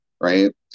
Right